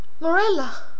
Morella